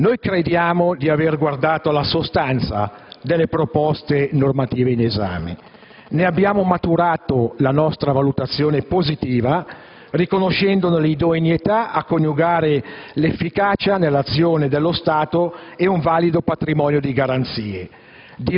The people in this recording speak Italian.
Noi crediamo di aver guardato la sostanza delle proposte normative in esame; ne abbiamo maturato la nostra valutazione positiva riconoscendone l'idoneità a coniugare l'efficacia nell'azione dello Stato e un valido patrimonio di garanzie.